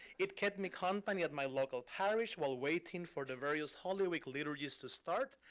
it kept me company at my local parish while waiting for the various holy week liturgies to start.